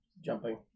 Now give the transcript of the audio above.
jumping